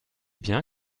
bien